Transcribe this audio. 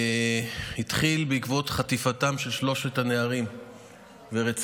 שהתחיל בעקבות חטיפתם של שלושת הנערים ורציחתם,